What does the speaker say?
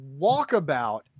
walkabout